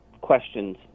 questions